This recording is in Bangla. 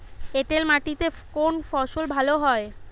এঁটেল মাটিতে কোন ফসল ভালো হয়?